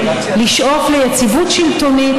לשאוף ליציבות שלטונית,